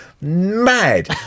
Mad